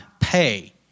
pay